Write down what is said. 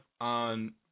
on